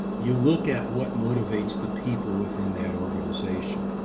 you look at what motivates the people within that organization.